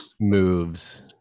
moves